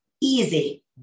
easy